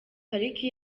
pariki